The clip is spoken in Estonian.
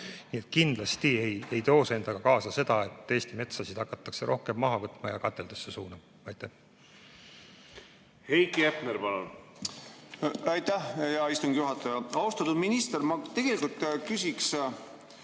Nii et kindlasti ei too see endaga kaasa seda, et Eesti metsasid hakatakse rohkem maha võtma ja kateldesse suunama. Heiki Hepner, palun! Aitäh, hea istungi juhataja! Austatud minister! Ma küsiksin